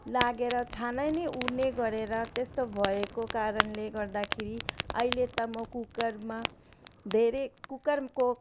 लागेर छाना नै उड्ने गरेर त्यस्तो भएको कारणले गर्दाखेरि अहिले त म कुकरमा धेरै कुकरको